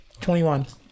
21